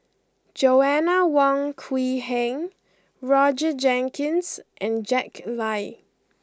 Joanna Wong Quee Heng Roger Jenkins and Jack Lai